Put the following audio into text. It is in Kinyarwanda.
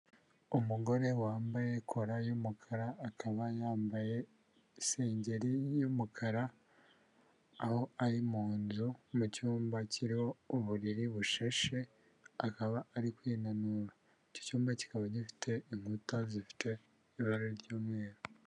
Umugore wambaye kola y'umukara, akaba yambaye isengeri y'umukara, aho ari mu nzu mu cyumba kiriho uburiri busheshe, akaba ari kwinanura, iki cyumba kikaba gifite inkuta zifite ibara ry'umweru.